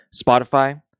Spotify